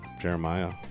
Jeremiah